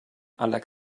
aller